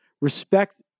Respect